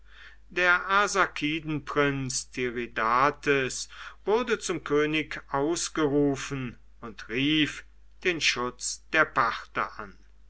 der arsakidenprinz tiridates wurde zum könig ausgerufen und rief den schutz der parther an